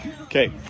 Okay